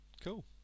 Cool